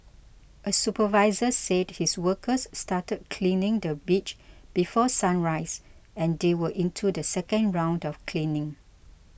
a supervisor said his workers started cleaning the beach before sunrise and they were into the second round of cleaning